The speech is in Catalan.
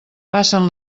passen